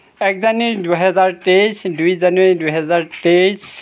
এক জানুৱাৰী দুই হাজাৰ তেইছ দুই জানুৱাৰী দুই হাজাৰ তেইছ